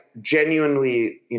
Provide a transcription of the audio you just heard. genuinely